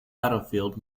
battlefield